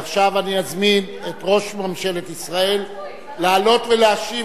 עכשיו אני אזמין את ראש ממשלת ישראל לעלות ולהשיב,